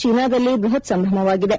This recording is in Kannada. ಚೀನಾದಲ್ಲಿ ಬೃಹತ್ ಸಂಭ್ರಮವಾಗಿದೆ